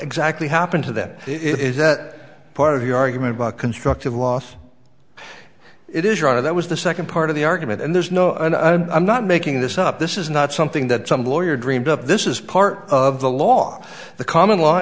exactly happened to that it is that part of your argument about constructive loss it is your honor that was the second part of the argument and there's no and i'm not making this up this is not something that some lawyer dreamed up this is part of the law the common law